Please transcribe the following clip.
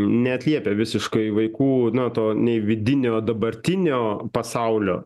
neatliepia visiškai vaikų na to nei vidinio dabartinio pasaulio